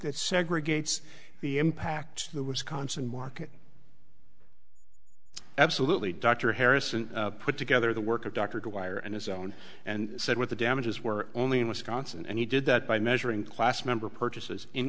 that segregates the impact of the wisconsin market absolutely dr harrison put together the work of dr dwyer and his own and said what the damages were only in wisconsin and he did that by measuring class member purchases in